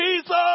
Jesus